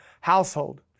household